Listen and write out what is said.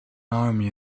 army